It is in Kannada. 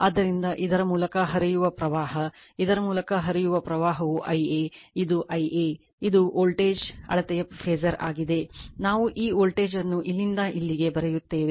ಆದ್ದರಿಂದ ಇದರ ಮೂಲಕ ಹರಿಯುವ ಪ್ರವಾಹ ಇದರ ಮೂಲಕ ಹರಿಯುವ ಪ್ರವಾಹವು Ia ಇದು Ia ಇದು ವೋಲ್ಟೇಜ್ ಅಳತೆಯ ಫಾಸರ್ ಆಗಿದೆ ನಾವು ಈ ವೋಲ್ಟೇಜ್ ಅನ್ನು ಇಲ್ಲಿಂದ ಇಲ್ಲಿಗೆ ಬರೆಯುತ್ತೇವೆ